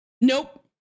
Nope